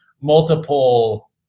multiple